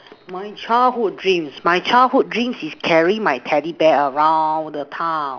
my childhood dreams my childhood dream is carry my teddy bear around the town